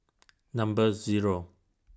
Number Zero